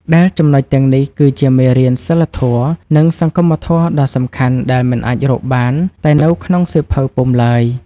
ដែលចំណុចទាំងនេះគឺជាមេរៀនសីលធម៌ និងសង្គមធម៌ដ៏សំខាន់ដែលមិនអាចរកបានតែនៅក្នុងសៀវភៅពុម្ពឡើយ។